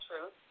truth